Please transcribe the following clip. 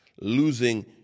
losing